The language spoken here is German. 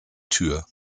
tür